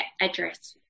address